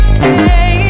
Hey